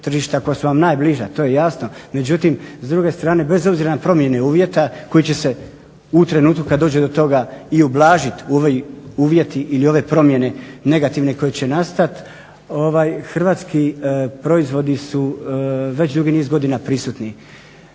tržišta koja su vam najbliža, to je jasno. Međutim s druge strane bez obzira na promjene uvjeta koji će se u trenutku kada dođe do toga i ublažiti uvjeti ili ove negativne promjene koje će nastati, hrvatski proizvodi su već dugi niz godina prisutni